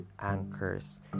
anchors